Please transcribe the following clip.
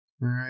right